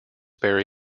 barre